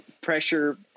pressure